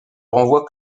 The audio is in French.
renvoie